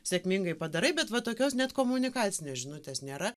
sėkmingai padarai bet va tokios net komunikacinės žinutės nėra